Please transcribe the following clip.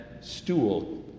stool